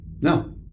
No